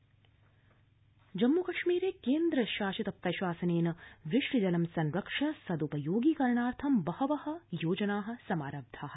वृष्टिजलम् जम्म् कश्मीरे केन्द्र शासित प्रशासनेन वृष्टिजलं संरक्ष्य सद्पयोगी करणार्थ बहव योजना समारब्धा